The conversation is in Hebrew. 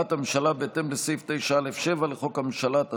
הודעת הממשלה בהתאם לסעיף 9(א)(7) לחוק הממשלה,